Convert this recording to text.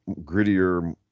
grittier